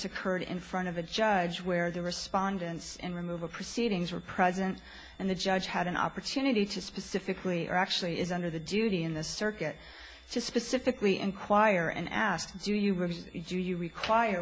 occurred in front of a judge where the respondents in removal proceedings were present and the judge had an opportunity to specifically actually is under the duty in the circuit to specifically inquire and ask do you really do you require